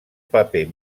paper